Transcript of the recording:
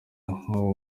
nk’ubu